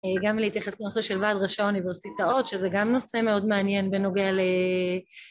גם להתייחס לנושא של ועד ראשי האוניברסיטאות, שזה גם נושא מאוד מעניין בנוגע ל...